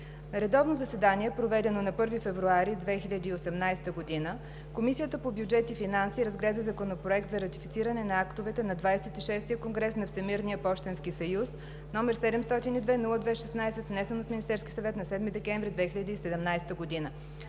На редовно заседание, проведено на 1 февруари 2018 г., Комисията по бюджет и финанси разгледа Законопроект за ратифициране на актовете на ХХVI конгрес на Всемирния пощенски съюз, №702-02-16, внесен от Министерския съвет на 7 декември 2017 г.